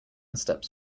steps